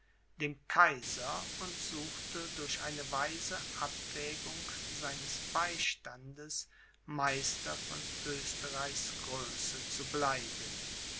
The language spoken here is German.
dem kaiser und suchte durch eine weise abwägung seines beistandes meister von oesterreichs größe zu bleiben